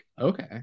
Okay